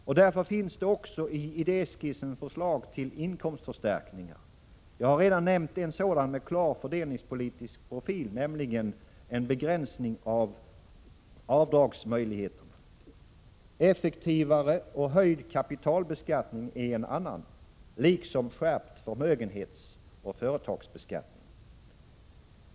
Därför finns det också i idéskissen förslag till inkomstförstärkningar. Jag har redan nämnt en sådan med klar fördelningspolitisk profil, nämligen en begränsning av avdragsmöjligheterna. Effektivare och höjd kapitalbeskattning är en annan, liksom skärpt förmögenhetsoch företagsbeskattning.